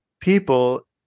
people